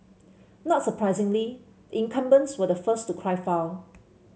not surprisingly the incumbents were the first to cry foul